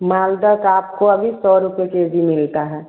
मालदा का आपको अभी सौ रुपये के जी मिलता है